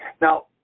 Now